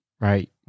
right